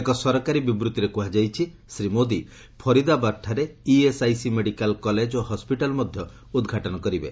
ଏକ ସରକାରୀ ବିବୃଭିରେ କୁହାଯାଇଛି ଶ୍ରୀ ମୋଦି ଫରିଦାବାଦ୍ଠାରେ ଇଏସ୍ଆଇସି ମେଡିକାଲ୍ କଲେକ୍ ଓ ହସ୍କିଟାଲ୍ ମଧ୍ୟ ଉଦ୍ଘାଟନ କରିବେ